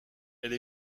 elle